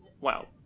Wow